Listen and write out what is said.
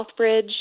Southbridge